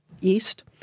east